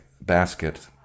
basket